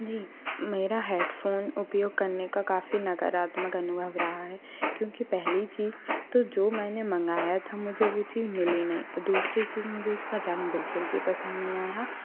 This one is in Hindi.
जी मेरा हैडफ़ोन उपयोग करने का काफ़ी नकारात्मक अनुभव रहा है क्योंकि पहली चीज़ तो जो मैंने मंगाया था मुझे वो चीज़ मिली नहीं दूसरी चीज़ मुझे उसका रंग बिल्कुल भी पसंद नहीं आया